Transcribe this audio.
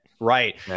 Right